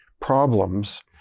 problems